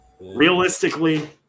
Realistically